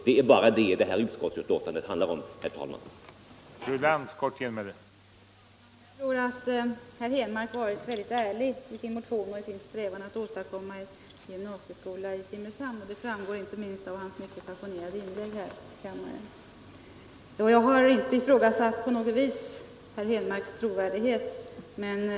Det är bara detta, herr talman, som det aktuella utskottsbetänkandet handlar om.